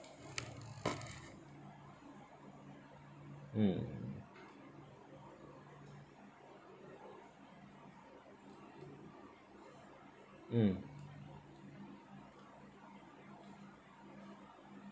mm mm